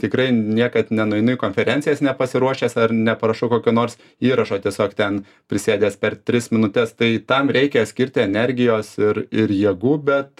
tikrai niekad nenueinu į konferencijas nepasiruošęs ar neparašau kokio nors įrašo tiesiog ten prisėdęs per tris minutes tai tam reikia skirti energijos ir ir jėgų bet